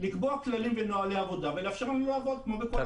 לקבוע כללים ונהלי עבודה ולאפשר לנו לעבוד כמו בכל העולם.